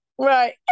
Right